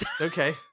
okay